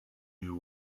you